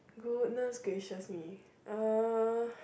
goodness gracious me uh